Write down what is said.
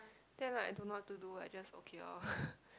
then like I don't know what to do I just okay orh